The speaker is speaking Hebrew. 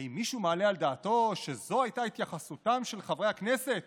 האם מישהו מעלה על דעתו שזו הייתה התייחסותם של חברי הכנסת